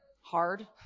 hard